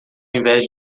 invés